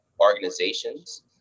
organizations